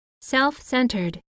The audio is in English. self-centered